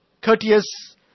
courteous